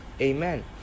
Amen